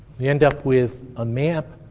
you end up with a map